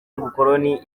y’ubukoloni